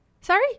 sorry